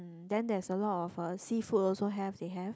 um then there's a lot of uh seafood also have they have